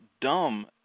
dumb